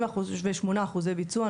98% ביצוע.